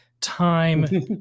time